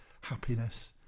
happiness